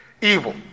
Evil